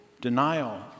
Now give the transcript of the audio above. denial